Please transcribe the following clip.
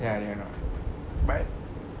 ya they are not but